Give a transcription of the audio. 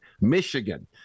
Michigan